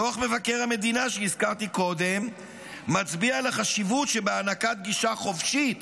דוח מבקר המדינה שהזכרתי קודם מצביע על החשיבות שבהענקת גישה חופשית